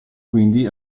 quindi